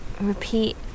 repeat